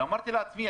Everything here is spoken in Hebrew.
ואמרתי לעצמי,